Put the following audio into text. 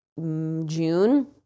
June